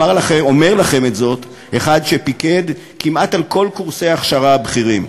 אומר לכם את זאת אחד שפיקד כמעט על כל קורסי ההכשרה הבכירים: